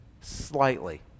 slightly